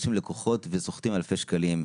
מתקשרים ללקוחות וסוחטים אלפי שקלים.